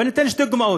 אבל ניתן שתי דוגמאות: